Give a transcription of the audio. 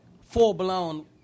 full-blown